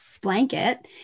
blanket